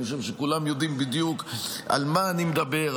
אני חושב שכולם יודעים בדיוק על מה אני מדבר,